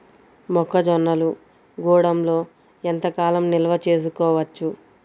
మొక్క జొన్నలు గూడంలో ఎంత కాలం నిల్వ చేసుకోవచ్చు?